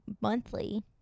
monthly